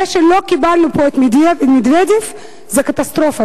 זה שלא קיבלנו כאן את מדוודב זה קטסטרופה.